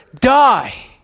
die